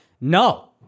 no